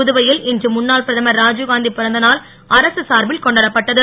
புதுவையில் இன்று முன்னாள் பிரதமர் ராஜீவ்காந்தி பிறந்தநாள் அரசு சார்பில் கொண்டாடப்பட்டது